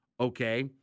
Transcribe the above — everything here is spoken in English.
Okay